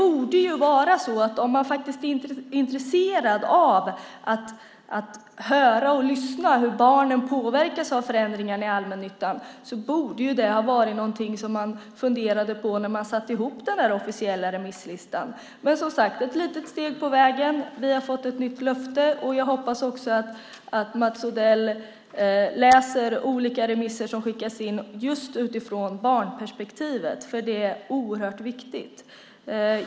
Om man verkligen är intresserad av hur barnen påverkas av förändringar i allmännyttan borde det ha varit något man funderade på när man satte ihop den officiella remisslistan. Men, som sagt, detta är ett litet steg på vägen. Vi har fått ett nytt löfte, och jag hoppas också att Mats Odell läser de olika remisser som skickas in just utifrån barnperspektivet, för det är oerhört viktigt.